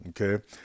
okay